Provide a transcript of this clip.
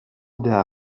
der